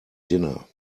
dinner